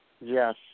Yes